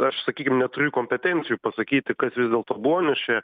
aš sakykim neturiu kompetencijų pasakyti kas vis dėlto buvo nes čia